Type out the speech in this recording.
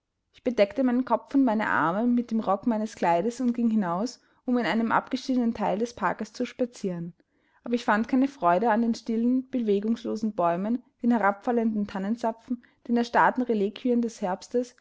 ich bedeckte meinen kopf und meine arme mit dem rock meines kleides und ging hinaus um in einem abgeschiedenen teil des parks zu spazieren aber ich fand keine freude an den stillen bewegungslosen bäumen den herabfallenden tannenzapfen den erstarrten reliquien des herbstes